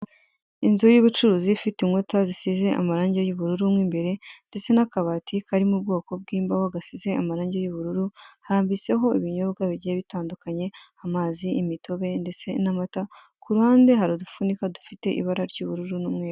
Inzu y'ubucuruzi ifite inkuta zisize amarangi y'ubururu mo imbere, ndetse n'akabati kari mu bwoko bw'imbaho gasize amarangi y'ubururu; harambitseho ibinyobwa bigiye bitandukanye; amazi, imitobe ndetse n'amata; ku ruhande hari udupfunika dufite ibara ry'ubururu n'umweru.